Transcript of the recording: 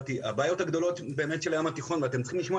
הבעיות הגדולות של הים התיכון ואתם צריכים לשמוע